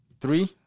three